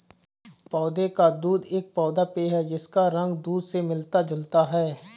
पौधे का दूध एक पौधा पेय है जिसका रंग दूध से मिलता जुलता है